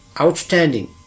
outstanding